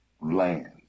land